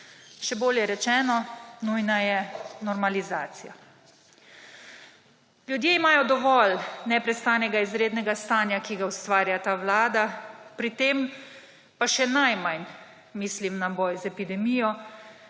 še bolje rečeno, nujna je normalizacija. Ljudje imajo dovolj neprestanega izrednega stanja, ki ga ustvarja ta vlada, pri tem pa še najmanj mislim na boj z epidemijo,